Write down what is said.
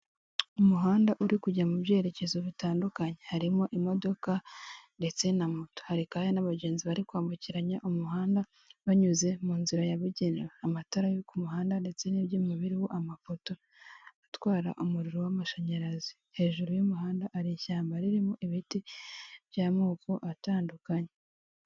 Umuhanda uri kujya mu byerekezo bitandukanye, harimo imodoka ndetse na moto hari kandi n'abagenzi bari kwambukiranya umuhanda banyuze mu nzira yabugenewe, amatara yo ku muhanda ndetse n'ibyuma biromo amapoto atwara umuriro w'amashanyaraz,i hejuru y'umuhanda hari ishyamba ririmo ibiti by'amoko atandukanye.